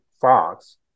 Fox